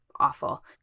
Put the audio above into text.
awful